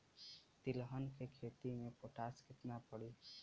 तिलहन के खेती मे पोटास कितना पड़ी?